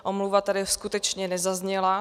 Omluva tady skutečně nezazněla.